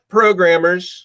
programmers